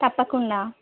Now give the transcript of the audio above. తప్పకుండా